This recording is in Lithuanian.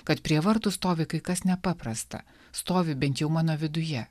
kad prie vartų stovi kai kas nepaprasta stovi bent jau mano viduje